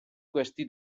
questi